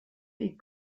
est